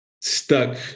stuck